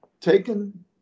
taken